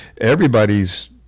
everybody's